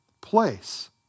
place